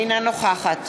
אינה נוכחת